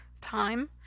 time